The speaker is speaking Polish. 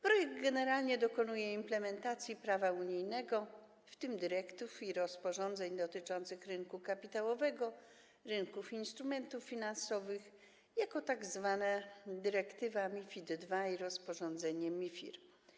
Projekt generalnie dokonuje implementacji prawa unijnego, w tym dyrektyw i rozporządzeń dotyczących rynku kapitałowego, rynku instrumentów finansowych, tzw. dyrektywy MiFID II i rozporządzenia MiFIR.